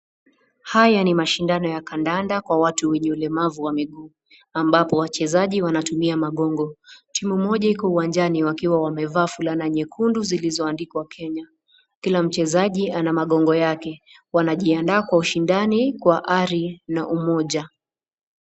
Haya ni mashindnao ya kandanda kwa watu wenye ulemavu wa miguu ambapo wachezaji wanatumia magongo timu moja iko uwanjani wakiwa wamevaa fulana nyekundu zilizoandikwa Kenya, kila mchezaji ana magongo yake, wanajiandaa kwa ushindani kwa ari na umoja.